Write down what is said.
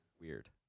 Weird